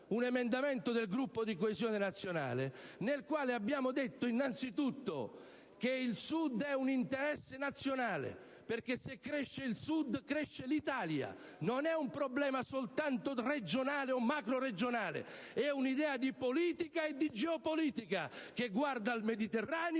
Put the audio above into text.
un emendamento del Gruppo di Coesione Nazionale nel quale abbiamo detto innanzitutto che il Sud è un interesse nazionale, perché se cresce il Sud cresce l'Italia. Non è un problema soltanto regionale o macroregionale: è un'idea di politica e di geopolitica che guarda al Mediterraneo,